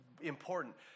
Important